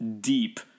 deep